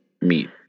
meat